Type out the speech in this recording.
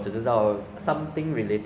so I think after